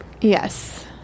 Yes